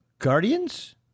Guardians